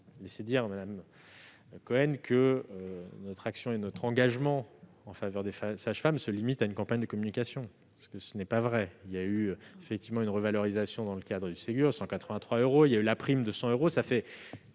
pas vous laisser dire, madame Cohen, que notre action et notre engagement en faveur des sages-femmes se limitent à une campagne de communication, car ce n'est pas vrai. Il y a eu, effectivement, une revalorisation de 183 euros, dans le cadre du Ségur de la santé. Il y a eu la prime de 100 euros.